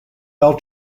bell